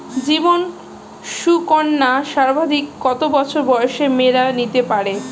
জীবন সুকন্যা সর্বাধিক কত বছর বয়সের মেয়েরা নিতে পারে?